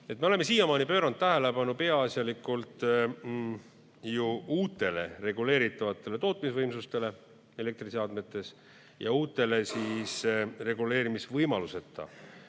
Me oleme siiamaani pööranud tähelepanu peaasjalikult ju uutele reguleeritavatele tootmisvõimsustele elektriseadmete puhul ja uutele reguleerimisvõimaluseta